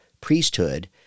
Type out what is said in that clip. priesthood